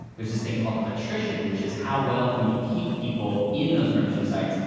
there's this thing called attrition, which is how well can you keep people in those membership sites.